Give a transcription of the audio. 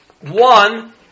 one